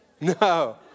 No